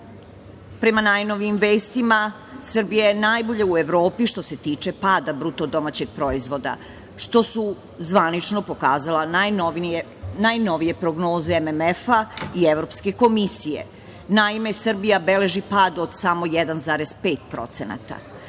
Prema najnovijim vestima Srbija je najbolja u Evropi što se tiče pada BDP, što su zvanično pokazala najnovije prognoze MMF-a i Evropske komisije. Naime, Srbije beleži pad od samo 1,5%.